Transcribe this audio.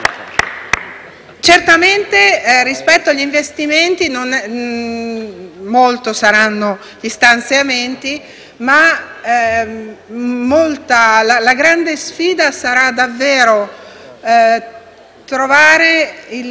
Certamente, rispetto agli investimenti molti saranno gli stanziamenti, ma la grande sfida sarà trovare le